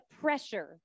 pressure